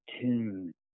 tune